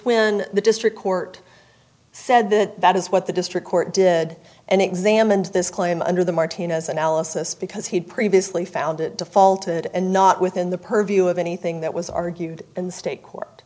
when the district court said that that is what the district court did and examined this claim under the martinez analysis because he'd previously found it defaulted and not within the purview of anything that was argued in state court